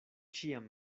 ĉiam